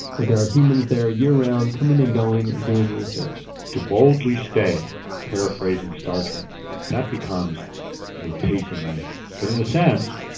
where there are humans there year-round, coming and going and doing research to boldly stay paraphrasing star trek that becomes the pacing item. but in a sense,